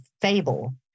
fable